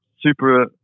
super